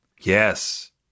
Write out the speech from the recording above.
Yes